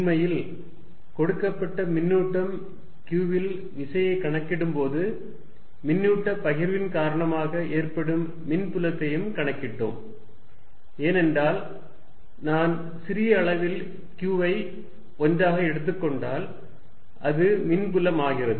உண்மையில் கொடுக்கப்பட்ட மின்னூட்டம் q இல் விசையைக் கணக்கிடும்போது மின்னூட்ட பகிர்வின் காரணமாக ஏற்படும் மின்புலத்தையும் கணக்கிட்டோம் ஏனென்றால் நான் சிறிய அளவில் q ஐ 1 ஆக எடுத்துக் கொண்டால் அது மின்புலமாகிறது